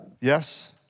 yes